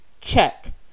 Check